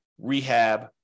rehab